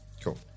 Cool